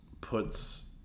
puts